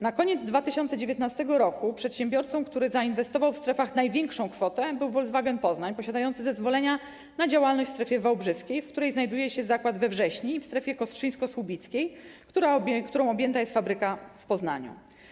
Na koniec 2019 r. przedsiębiorcą, który zainwestował w strefach największą kwotę, był Volkswagen Poznań, posiadający zezwolenia na działalność w strefie wałbrzyskiej, w której znajduje się zakład we Wrześni, i w strefie kostrzyńsko-słubickiej, którą objęta jest fabryka w Poznaniu.